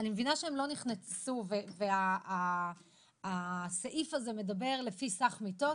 אני מבינה שהן לא נכנסו והסעיף הזה מדבר לפי סך מיטות,